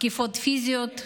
תקיפות פיזיות,